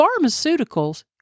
pharmaceuticals